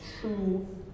true